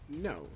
No